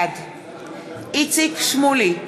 בעד איציק שמולי,